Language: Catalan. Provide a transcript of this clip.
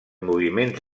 moviments